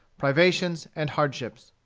privations, and hardships.